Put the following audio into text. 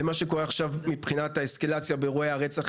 בין מה שקורה עכשיו מבחינת האסקלציה באירועי הרצח,